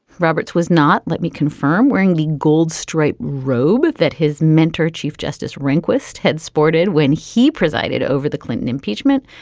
roberts was not, let me confirm, wearing the gold striped robe that his mentor, chief justice rehnquist, had sported when he presided over the clinton impeachment.